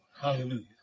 hallelujah